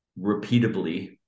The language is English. repeatably